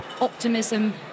optimism